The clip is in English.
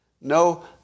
No